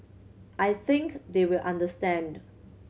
I think they will understand